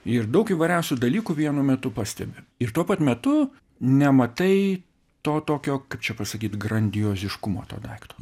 ir daug įvairiausių dalykų vienu metu pastebi ir tuo pat metu nematai to tokio kaip čia pasakyt grandioziškumo to daikto